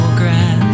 grass